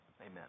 Amen